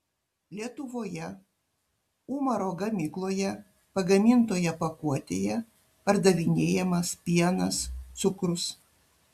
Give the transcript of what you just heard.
lietuvoje umaro gamykloje pagamintoje pakuotėje pardavinėjamas pienas cukrus